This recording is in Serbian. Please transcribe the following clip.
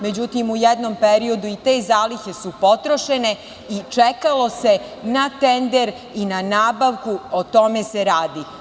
Međutim, u jednom periodu i te zalihe su potrošene i čekalo se na tender i na nabavku, o tome se radi.